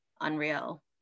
unreal